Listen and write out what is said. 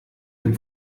dem